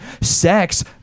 sex